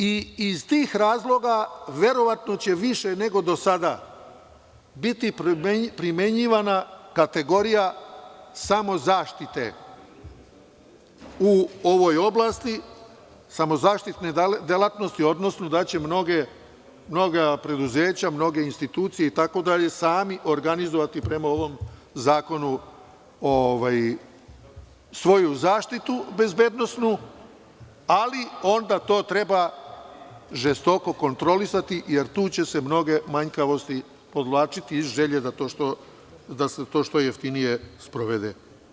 Iz tih razloga verovatno će više nego do sada biti primenjivana kategorija samozaštite u ovoj oblasti, samozaštitne delatnosti, odnosno da će mnoga preduzeća, mnoge institucije, sami organizovati prema ovom zakonu svoju bezbednosnu zaštitu, ali onda to treba žestoko kontrolisati, jer tu će se mnoge manjkavosti podvlačiti iz želje da se to što jeftinije sprovede.